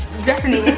stephanie.